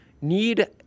need